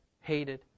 hated